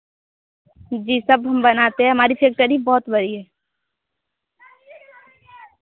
जी सब हम बनाते हैं हमारी फ़ेक्टरी बहुत बड़ी है